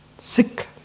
sick